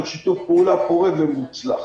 שיתוף פעולה פורה ומוצלח.